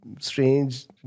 strange